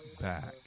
back